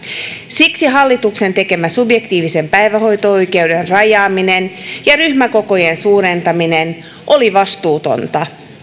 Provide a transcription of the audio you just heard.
siksi hallituksen tekemä subjektiivisen päivähoito oikeuden rajaaminen ja ryhmäkokojen suurentaminen oli vastuutonta